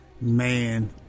Man